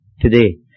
today